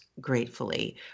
gratefully